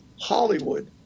Hollywood